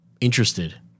interested